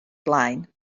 blaen